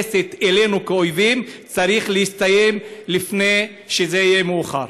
שמתייחסת אלינו כאויבים צריך להסתיים לפני שזה יהיה מאוחר.